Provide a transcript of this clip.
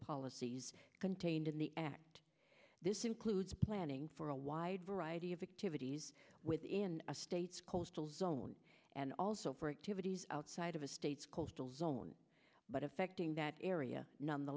policies contained in the act this includes planning for a wide variety of activities within a state's coastal zone and also for activities outside of the state's coastal zone but affecting that area no